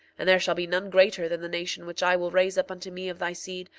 and there shall be none greater than the nation which i will raise up unto me of thy seed,